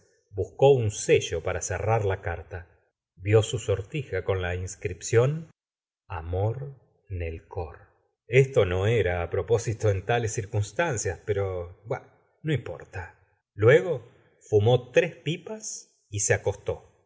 buscó un sello para cerrar la carta vió su sortija con la inscripción amor nel cor gustavo flaubert esto no es á propósito en tales circunstancias pero bah no importa luego fumó tres pipas y e acostó